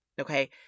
Okay